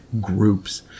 groups